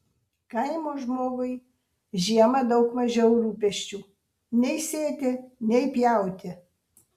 kaimo žmogui žiemą daug mažiau rūpesčių nei sėti nei pjauti